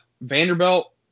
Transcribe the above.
Vanderbilt